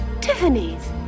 Tiffany's